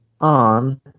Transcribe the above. on